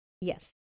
yes